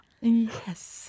Yes